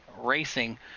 racing